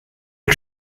are